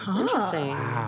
interesting